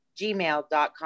gmail.com